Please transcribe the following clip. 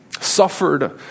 Suffered